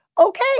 Okay